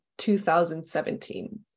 2017